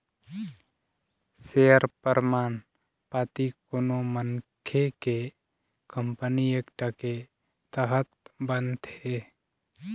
share परमान पाती कोनो मनखे के कंपनी एक्ट के तहत बनथे